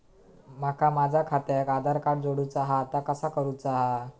माका माझा खात्याक आधार कार्ड जोडूचा हा ता कसा करुचा हा?